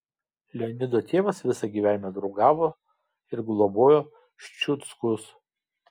leonido tėvas visą gyvenimą draugavo ir globojo ščiuckus